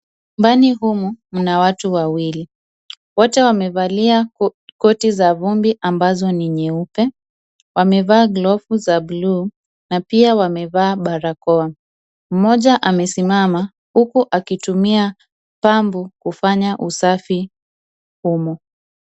Ndani humu mna watu wawili. Wote wamevalia koti za vumbi ambazo ni nyeupe. Wamevaa glovu za blue na pia wamevaa barakoa. Mmoja amesimama huku akitumia pambu kufanya usafi humu.